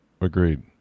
Agreed